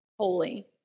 holy